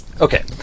Okay